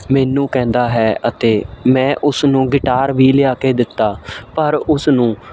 ਮੈਨੂੰ ਕਹਿੰਦਾ ਹੈ ਅਤੇ ਮੈਂ ਉਸਨੂੰ ਗਿਟਾਰ ਵੀ ਲਿਆ ਕੇ ਦਿੱਤਾ ਪਰ ਉਸ ਨੂੰ